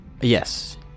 Yes